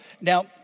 Now